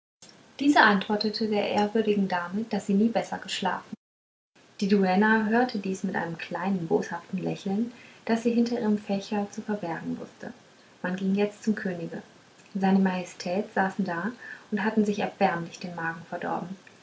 diese antwortete der ehrwürdigen dame daß sie nie besser geschlafen die duenna hörte dies mit einem kleinen boshaften lächeln das sie hinter ihrem fächer zu verbergen wußte man ging jetzt zum könige seine majestät saßen da und hatten sich erbärmlich den magen verdorben